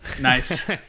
Nice